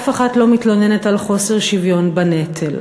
אף אחת לא מתלוננת על חוסר שוויון בנטל.